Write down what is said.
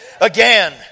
again